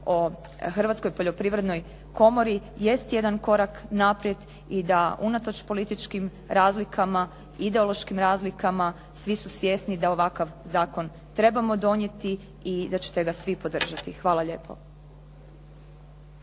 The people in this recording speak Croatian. o Hrvatskoj poljoprivrednoj komori, jest jedan korak naprijed i da unatoč političkim razlikama, ideološkim razlikama, svi su svjesni da ovakav zakon trebamo donijeti i da ćete ga svi podržati. Hvala lijepo.